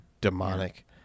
demonic